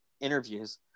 interviews